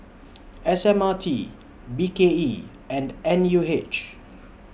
S M R T B K E and N U H